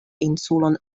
insulon